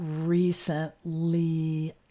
recently